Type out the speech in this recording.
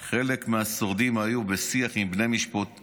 חלק מהשורדים היו בשיח עם בני משפחותיהם